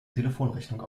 telefonrechnung